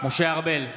משה ארבל,